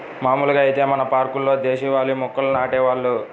మాములుగా ఐతే మన పార్కుల్లో దేశవాళీ మొక్కల్నే నాటేవాళ్ళు